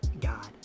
God